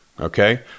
okay